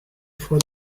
for